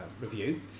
review